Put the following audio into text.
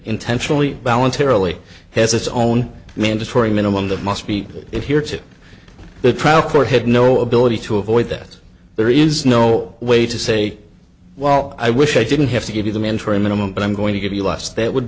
intentionally balance fairly has its own mandatory minimum that must meet it here to the trial court had no ability to avoid that there is no way to say well i wish i didn't have to give you the mandatory minimum but i'm going to give you less that would